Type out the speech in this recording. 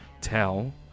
tell